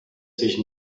sich